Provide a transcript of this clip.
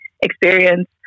experience